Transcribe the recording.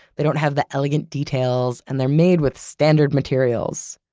they don't have the elegant details and they're made with standard materials